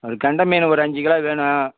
அது கெண்டை மீன் ஒரு அஞ்சுக் கிலோ வேணும்